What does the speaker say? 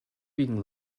being